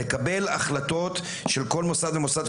לקבל החלטות של כל מוסד ומוסד,